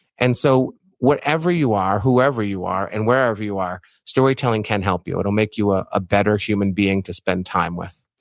and so whatever you are, whoever you are and wherever you are, storytelling can help you. it'll make you ah a better human being to spend time with